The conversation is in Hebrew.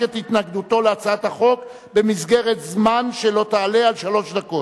את התנגדותו להצעת החוק במסגרת זמן שלא תעלה על שלוש דקות,